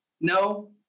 No